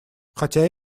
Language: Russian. хотя